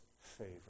favor